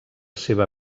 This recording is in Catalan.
seva